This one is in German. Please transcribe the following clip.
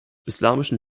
islamischen